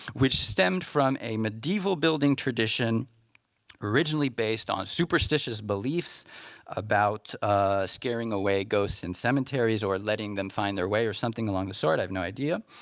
which stemmed from a medieval building tradition originally based on superstitious beliefs about scaring away ghosts in cemeteries or letting them find their way or something along the sort. i've no idea,